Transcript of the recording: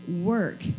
work